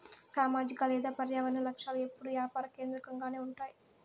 సామాజిక లేదా పర్యావరన లక్ష్యాలు ఎప్పుడూ యాపార కేంద్రకంగానే ఉంటాయి